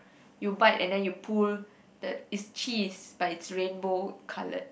you bite and then you pull the it's cheese but it's rainbow coloured